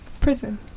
Prison